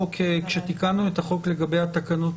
כשתיקנו את החוק לגבי התקנות,